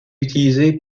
utilisés